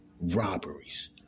Robberies